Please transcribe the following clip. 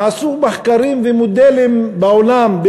נעשו מחקרים ומודלים בעולם,